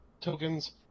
tokens